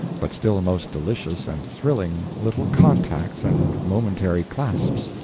but still most delicious and thrilling little contacts and momentary clasps,